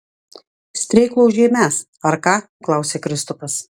streiklaužiai mes ar ką klausia kristupas